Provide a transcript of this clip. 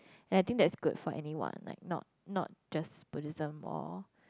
ya I think that's good for anyone like not not just Buddhism or